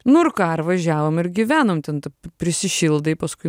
nu ir ką ir važiavom ir gyvenom ten ta prisišildai paskui